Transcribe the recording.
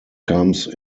comes